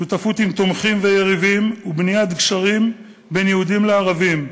שותפות עם תומכים ויריבים ובניית גשרים בין יהודים לערבים,